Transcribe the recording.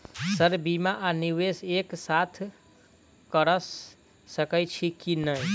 Sir बीमा आ निवेश एक साथ करऽ सकै छी की न ई?